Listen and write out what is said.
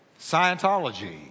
Scientology